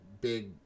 big